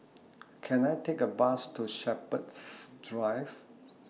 Can I Take A Bus to Shepherds Drive